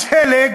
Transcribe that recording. השלג